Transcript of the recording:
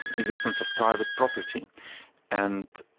existence of private property and